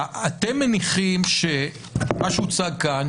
מה שהוצג כאן,